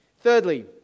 Thirdly